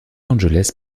angeles